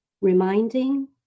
reminding